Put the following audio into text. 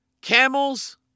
camels